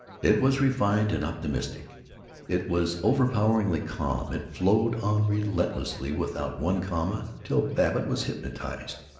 it was refined and optimistic it was overpoweringly calm it flowed on relentlessly, without one comma, till babbitt was hypnotized.